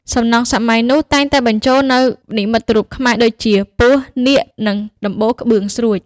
សំណង់សម័យនោះតែងតែបញ្ជូលនូវនិមិត្តរូបខ្មែរ ដូចជាពស់នាគ និងដំបូលក្បឿងស្រួច។